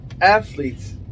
athletes